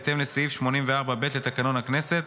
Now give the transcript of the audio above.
בהתאם לסעיף 84(ב) לתקנון הכנסת.